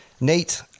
Nate